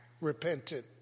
repented